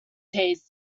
days